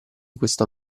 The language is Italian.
questo